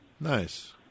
Nice